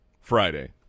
friday